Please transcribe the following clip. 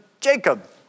Jacob